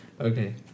Okay